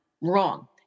Wrong